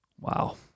Wow